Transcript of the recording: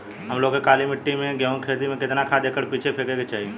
हम लोग के काली मिट्टी में गेहूँ के खेती में कितना खाद एकड़ पीछे फेके के चाही?